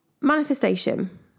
manifestation